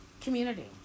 community